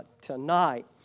tonight